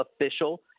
official